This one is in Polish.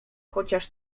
chociaż